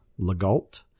Legault